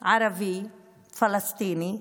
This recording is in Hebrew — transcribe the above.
ערבי, פלסטיני,